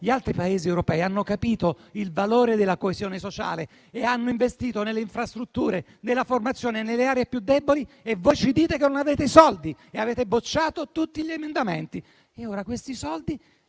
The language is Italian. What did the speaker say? gli altri Paesi europei, che hanno capito il valore della coesione sociale e hanno investito nelle infrastrutture e nella formazione nelle aree più deboli. Voi ci dite invece di non avere i soldi, avete bocciato tutti gli emendamenti e ora questi soldi